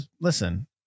listen